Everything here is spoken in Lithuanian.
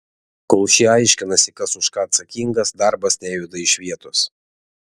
kol šie aiškinasi kas už ką atsakingas darbas nejuda iš vietos